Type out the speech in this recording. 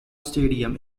stadium